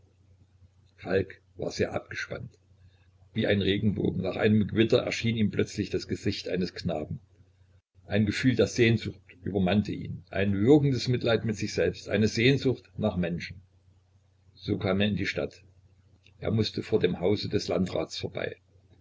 falk war sehr abgespannt wie ein regenbogen nach einem gewitter erschien ihm plötzlich das gesicht eines knaben ein gefühl der sehnsucht übermannte ihn ein würgendes mitleid mit sich selbst eine sehnsucht nach menschen so kam er in die stadt er mußte vor dem hause des landrats vorbei